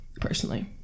Personally